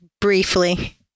briefly